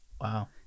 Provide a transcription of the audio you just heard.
Wow